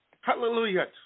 Hallelujah